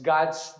God's